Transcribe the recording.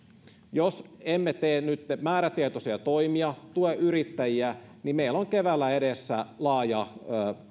jos emme tee nyt määrätietoisia toimia tue yrittäjiä niin meillä on keväällä edessä laaja